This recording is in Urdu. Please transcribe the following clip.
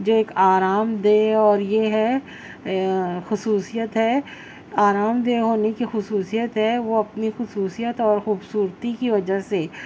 جو ایک آرام دہ اور یہ ہے خصوصیت ہے آرام دہ ہونے کی خصوصیت ہے وہ اپنی خصوصیت اور خوبصورتی کی وجہ سے